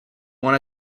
wanna